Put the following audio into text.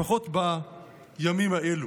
לפחות בימים האלו.